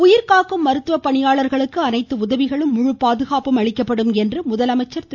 உயிர் காக்கும் மருத்துவ பணியாளர்களுக்கு அனைத்து உதவிகளும் முழு பாதுகாப்பும் அளிக்கப்படும் என்று முதலமைச்சர் திரு